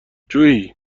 جویی